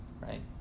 right